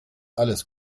alles